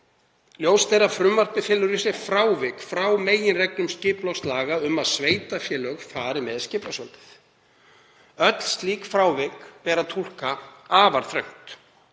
Ljóst er að frumvarpið felur í sér frávik frá meginreglum skipulagslaga um að sveitarfélög fari með skipulagsvaldið. Öll slík frávik ber að túlka afar þröngt.